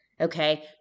Okay